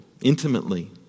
intimately